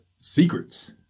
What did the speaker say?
secrets